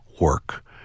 work